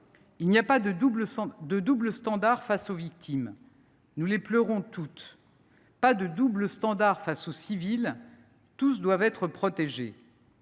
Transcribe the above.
Il n’y a pas de double standard face aux victimes : nous les pleurons toutes ; pas de double standard face aux civils : tous doivent être protégés.